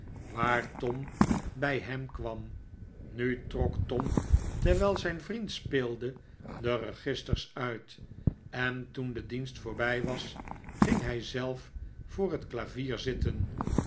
waar tom bij hem kwam nu trok tom terwijl zijn vriend speelde de registers uit en toen de dienst voorbij was ging hij zelf voor het klavier zitten